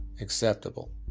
acceptable